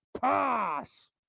pass